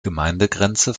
gemeindegrenze